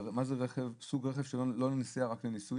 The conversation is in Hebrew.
אבל מה זה סוג רכב של לא לנסיעה רק לניסויים?